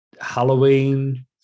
Halloween